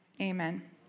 Amen